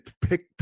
pick